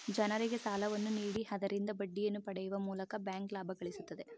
ಜನರಿಗೆ ಸಾಲವನ್ನು ನೀಡಿ ಆದರಿಂದ ಬಡ್ಡಿಯನ್ನು ಪಡೆಯುವ ಮೂಲಕ ಬ್ಯಾಂಕ್ ಲಾಭ ಗಳಿಸುತ್ತದೆ